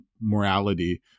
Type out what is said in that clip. morality